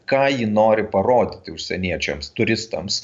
ką ji nori parodyti užsieniečiams turistams